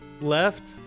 Left